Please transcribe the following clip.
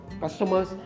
customers